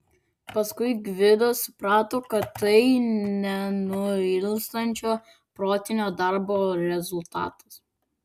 paskui gvidas suprato kad tai nenuilstančio protinio darbo rezultatas